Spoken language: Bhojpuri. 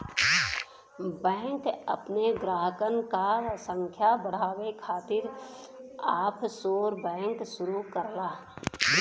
बैंक अपने ग्राहकन क संख्या बढ़ावे खातिर ऑफशोर बैंक शुरू करला